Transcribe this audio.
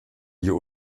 ihr